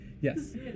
Yes